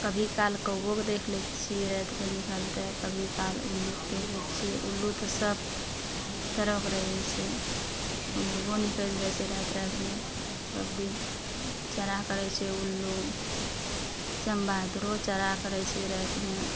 कभी काल कौओके देख लै छियै रातिमे निकलतइ कभी काल उल्लूके देख लै छियै उल्लू तऽ सब तरहके रहय छै उल्लुओ निकलि जाइ छै राति रातिमे सब दिन चरा करय छै उल्लू चमबहादुरो चरा करय छै रातिमे